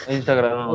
Instagram